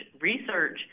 research